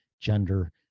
gender